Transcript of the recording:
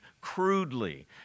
crudely